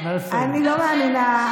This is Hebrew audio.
אני לא מאמינה.